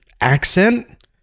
accent